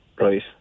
Right